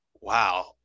wow